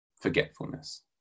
forgetfulness